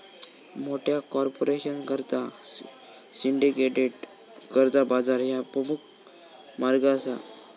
मोठ्या कॉर्पोरेशनकरता सिंडिकेटेड कर्जा बाजार ह्या प्रमुख मार्ग असा